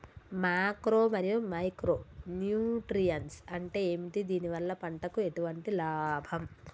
Macro మరియు micro nutrients అంటే ఏమిటి? దీనివల్ల పంటకు ఎటువంటి లాభం?